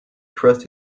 trust